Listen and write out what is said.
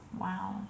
Wow